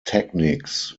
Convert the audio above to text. techniques